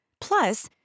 Plus